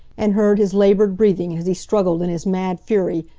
and heard his labored breathing as he struggled in his mad fury,